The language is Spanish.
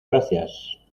gracias